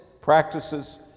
practices